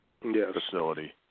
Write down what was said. facility